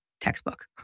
textbook